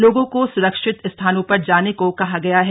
लोगों को सुरक्षित स्थानों पर जाने को कहा गया है